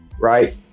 right